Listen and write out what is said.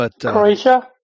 Croatia